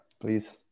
please